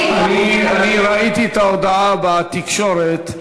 אני ראיתי את ההודעה בתקשורת.